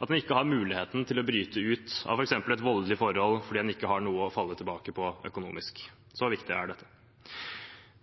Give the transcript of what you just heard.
at en ikke har muligheten til å bryte ut av f.eks. et voldelig forhold, fordi en ikke har noe å falle tilbake på økonomisk. Så viktig er dette.